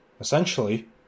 essentially